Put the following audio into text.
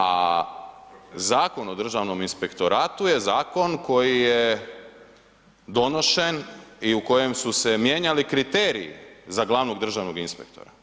A Zakon o Državnom inspektoratu je zakon koji je donošen i u kojem su se mijenjali kriteriji za glavnog državnog inspektora.